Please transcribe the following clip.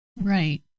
right